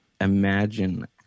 imagine